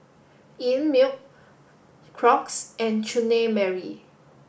Einmilk Crocs and Chutney Mary